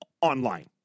online